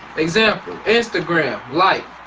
example, instagram like,